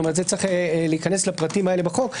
צריך להיכנס לפרטים הללו בחוק,